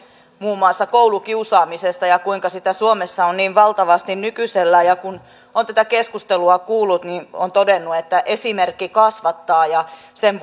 muun muassa koulukiusaamisesta ja siitä kuinka sitä suomessa on niin valtavasti nykyisellään ja kun olen tätä keskustelua kuullut niin olen todennut että esimerkki kasvattaa ja sen